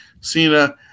Cena